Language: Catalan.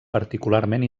particularment